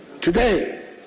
Today